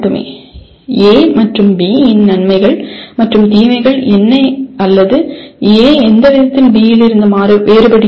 A மற்றும் B இன் நன்மைகள் மற்றும் தீமைகள் என்ன அல்லது A எந்த விதத்தில் B இலிருந்து வேறுபடுகிறது